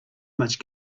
much